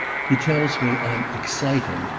he tells me i'm exciting,